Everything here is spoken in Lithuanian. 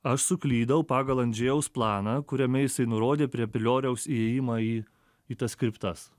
aš suklydau pagal andžėjaus planą kuriame jisai nurodė prie pilioriaus įėjimą į į tas kriptas